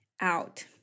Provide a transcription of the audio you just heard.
out